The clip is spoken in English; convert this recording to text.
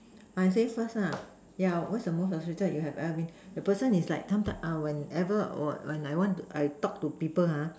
I say first lah yeah what is the most frustrated you have ever been the person is like sometime whenever was when I want I talk to people ha